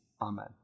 amen